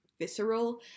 visceral